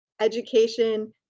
education